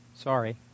Sorry